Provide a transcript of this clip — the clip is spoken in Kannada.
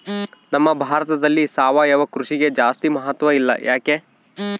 ನಮ್ಮ ಭಾರತದಲ್ಲಿ ಸಾವಯವ ಕೃಷಿಗೆ ಜಾಸ್ತಿ ಮಹತ್ವ ಇಲ್ಲ ಯಾಕೆ?